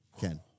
Ken